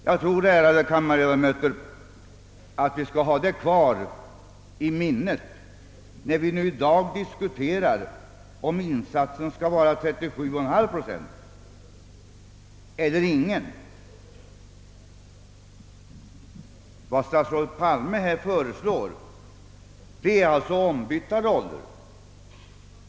Jag tror, ärade kammarledamöter, att vi skall ha det i minnet när vi i dag diskuterar om insatsen skall vara 37,5 procent eller ingen alls. Vad statsrådet Palme föreslår är f.ö.